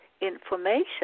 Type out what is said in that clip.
information